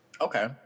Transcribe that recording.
Okay